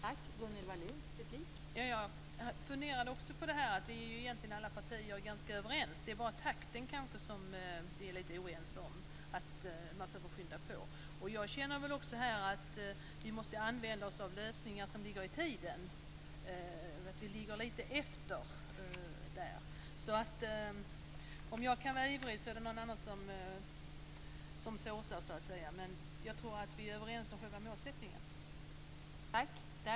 Fru talman! Jag funderade också på detta att alla partier egentligen är överens. Det är bara takten som vi kanske är lite oense om. Man behöver skynda på. Jag känner också att vi måste använda oss av lösningar som ligger i tiden, och vi ligger lite efter där. Om jag kan vara ivrig är det någon annan som såsar, men jag tror att vi är överens om själva målsättningen.